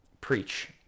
preach